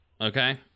Okay